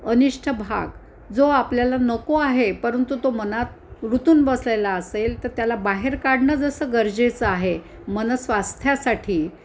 अनिष्ठ भाग जो आपल्याला नको आहे परंतु तो मनात रुतून बसलेला असेल तर त्याला बाहेर काढणं जसं गरजेचं आहे मन स्वास्थ्यासाठी